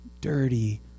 dirty